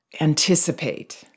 Anticipate